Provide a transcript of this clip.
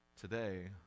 today